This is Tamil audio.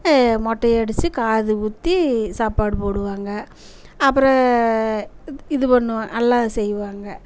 மொட்டை அடிச்சு காது குத்தி சாப்பாடு போடுவாங்க அப்புறம் இது பண்ணுவோம் எல்லாம் செய்வாங்க